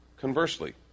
conversely